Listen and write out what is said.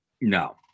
No